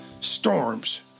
Storms